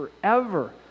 forever